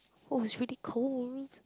oh it's really cold